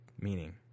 meaning